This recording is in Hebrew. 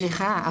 סליחה,